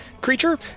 creature